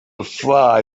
fly